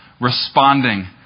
responding